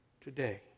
today